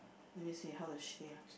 let me see how does she say ah